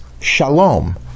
shalom